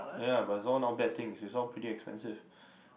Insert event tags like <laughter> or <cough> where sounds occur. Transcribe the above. ya but it's all not bad things it's all pretty expensive <breath>